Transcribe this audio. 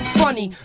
funny